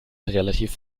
relativ